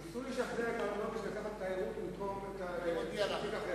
ניסו לשכנע את אהרונוביץ לקחת את התיירות במקום תיק אחר.